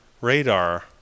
radar